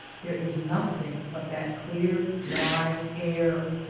there is nothing but that clear, dry air.